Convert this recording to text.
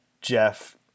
Jeff